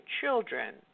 children